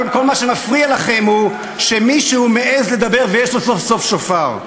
כל מה שמפריע לכם הוא שמישהו מעז לדבר ויש לו סוף-סוף שופר.